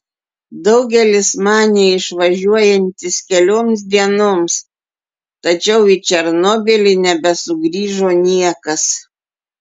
daugelis manė išvažiuojantys kelioms dienoms tačiau į černobylį nebesugrįžo niekas